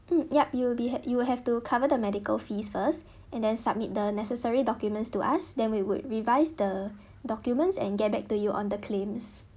mm yup you'll be you have to cover the medical fees first and then submit the necessary documents to us then we would revise the documents and get back to you on the claims